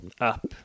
up